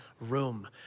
room